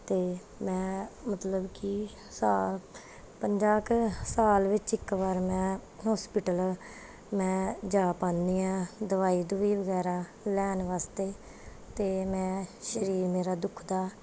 ਅਤੇ ਮੈਂ ਮਤਲਬ ਕਿ ਸਾਲ ਪੰਜਾਹ ਕੁ ਸਾਲ ਵਿੱਚ ਇੱਕ ਵਾਰ ਮੈਂ ਹੋਸਪਿਟਲ ਮੈਂ ਜਾ ਪਾਉਂਦੀ ਹਾਂ ਦਵਾਈ ਦਾਵੁਈ ਵਗੈਰਾ ਲੈਣ ਵਾਸਤੇ ਅਤੇ ਮੈਂ ਸਰੀਰ ਮੇਰਾ ਦੁਖਦਾ